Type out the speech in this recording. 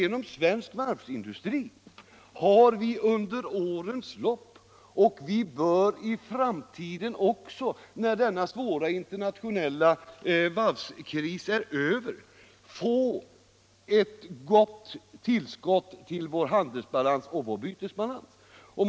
Svensk varvsindustri har under årens lopp lämnat ett gott tillskott till vår handelsbalans och vår bytesbalans, och det bör den också kunna lämna i framtiden, när den nuvarande svåra internationella varvskrisen är över.